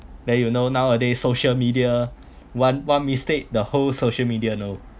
then you know nowadays social media one one mistake the whole social media know